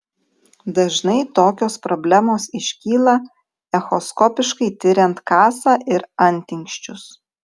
dažnai tokios problemos iškyla echoskopiškai tiriant kasą ir antinksčius